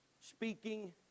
speaking